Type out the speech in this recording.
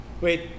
Wait